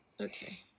Okay